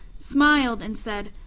smiled and said,